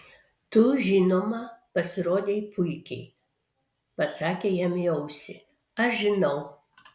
tu žinoma pasirodei puikiai pasakė jam į ausį aš žinau